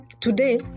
Today